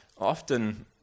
often